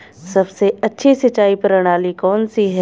सबसे अच्छी सिंचाई प्रणाली कौन सी है?